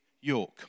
York